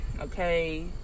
okay